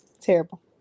Terrible